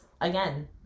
again